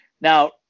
Now –